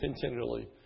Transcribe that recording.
continually